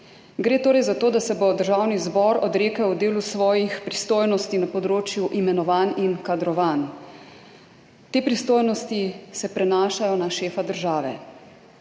Gre torej za to, da se bo Državni zbor odrekel delu svojih pristojnosti na področju imenovanj in kadrovanj. Te pristojnosti se prenašajo na šefa države.